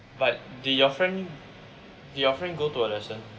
but did your friend did your friend go to the lesson